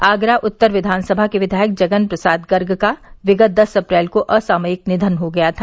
आगरा उत्तर विधानसभा के विधायक जगन प्रसाद गर्ग का विगत दस अप्रैल को असामयिक निधन हो गया था